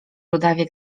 rudawie